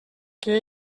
què